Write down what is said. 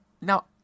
now